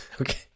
Okay